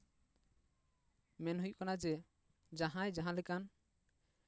ᱢᱮᱱ ᱦᱩᱭᱩᱜ ᱠᱟᱱᱟ ᱡᱮ ᱡᱟᱦᱟᱸᱭ ᱡᱟᱦᱟᱸ ᱞᱮᱠᱟᱱ